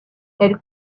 elle